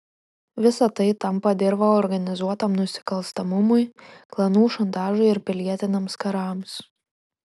visa tai tampa dirva organizuotam nusikalstamumui klanų šantažui ir pilietiniams karams